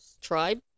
Tribe